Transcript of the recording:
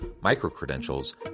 micro-credentials